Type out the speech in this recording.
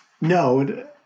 No